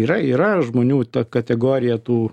yra yra žmonių ta kategorija tų